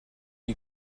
you